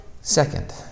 Second